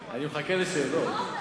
אני מחכה לשאלות.